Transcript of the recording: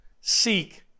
Seek